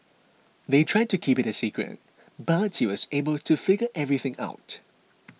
they tried to keep it a secret but he was able to figure everything out